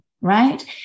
Right